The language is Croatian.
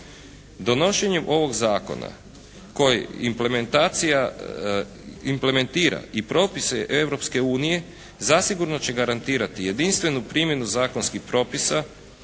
Donošenjem ovog zakona koji implementira i propise Europske unije zasigurno će garantirati jedinstvenu primjenu zakonskih propisa,